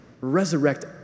Resurrect